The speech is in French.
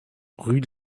rue